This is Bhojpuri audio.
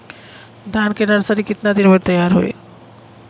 धान के नर्सरी कितना दिन में तैयार होई?